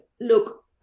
Look